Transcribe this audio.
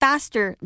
Faster